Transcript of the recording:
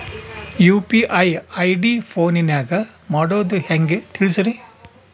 UPI ID ಫೋನಿನಾಗ ಮಾಡೋದು ಹೆಂಗ ತಿಳಿಸ್ರಿ?